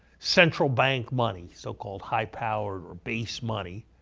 central bank money, so-called high-powered or base money,